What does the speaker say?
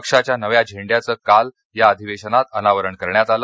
पक्षाच्या नव्या झेंड्याचं काल या अधिवेशनात अनावरण करण्यात आलं